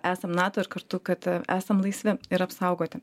esam nato ir kartu kad esam laisvi ir apsaugoti